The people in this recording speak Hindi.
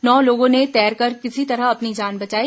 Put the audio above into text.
नौ लोगों ने तैरकर किसी तरह अपनी जान बचाई